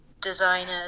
designers